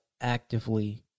actively